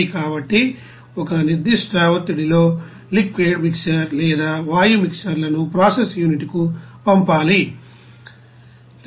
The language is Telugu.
కాబట్టి ఒక నిర్దిష్ట ఒత్తిడిలో లిక్విడ్ మిక్సర్ లేదా వాయు మిక్సర్లను ప్రాసెస్ యూనిట్కు పంపాలి